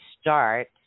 start